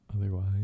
otherwise